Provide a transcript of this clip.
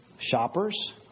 shoppers